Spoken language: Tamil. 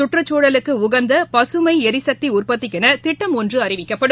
சுற்றுச்சூழலுக்கு உகந்த பசுமை ளரிசக்தி உற்பத்திக்கென திட்டம் ஒன்று அறிவிக்கப்படும்